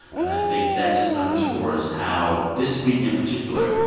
and i think that just underscores how, this week in particular,